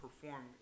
perform